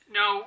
no